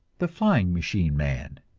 the flying-machine man.